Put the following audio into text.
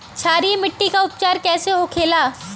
क्षारीय मिट्टी का उपचार कैसे होखे ला?